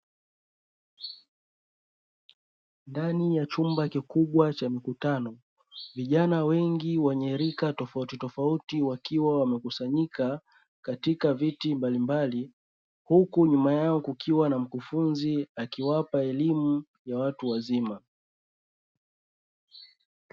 Ndani ya chumba kikubwa cha mikutano, vijana wengi wa rika tofautitofauti wakiwa wamekusanyika katika viti mbalimbali, huku nyuma yao kukiwa na mkufunzi akiwapa elimu ya watu wazima.